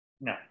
No